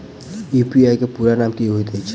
UPI केँ पूरा नाम की होइत अछि?